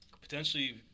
potentially